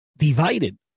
Divided